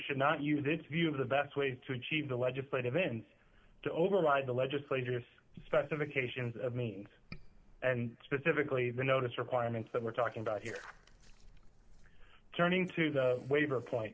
should not use its view of the best ways to achieve the legislative ins to override the legislators specifications of means and specifically the notice requirements that we're talking about here turning to the waiver point